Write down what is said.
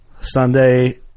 Sunday